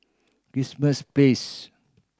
Kismis Place